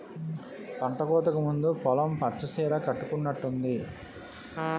పంటకోతకు ముందు పొలం పచ్చ సీర కట్టుకునట్టుంది